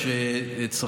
אתם לא,